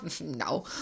No